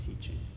teaching